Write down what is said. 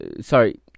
sorry